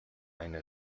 eine